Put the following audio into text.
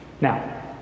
Now